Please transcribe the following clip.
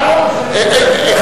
אדוני היושב-ראש,